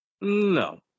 No